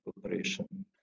cooperation